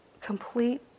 complete